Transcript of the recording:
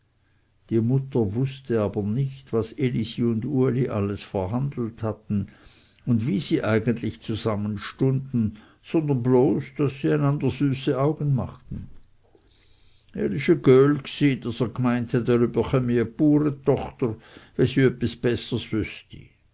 die mutter wußte aber nicht was elisi und uli alles verhandelt hatten und wie sie eigentlich zusammen stunden sondern bloß daß sie einander süße augen machten er ist e göhl gsi daß er gmeint het er überchömi e buretochter we